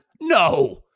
No